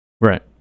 Right